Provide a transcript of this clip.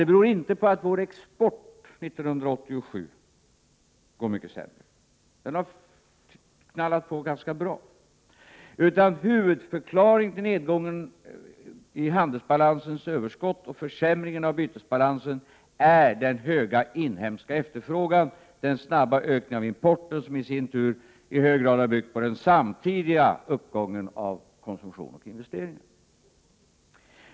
Det beror inte på att vår export år 1987 går mycket sämre — den har gått rätt bra — utan huvudförklaringen till nedgången i handelsbalansens överskott och försämringen av bytesbalansen är den höga inhemska efterfrågan, den snabba ökningen av importen som i sin tur i hög grad har byggt på den samtidiga uppgången av konsumtion och investeringar.